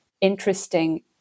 interesting